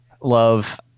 love